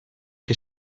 che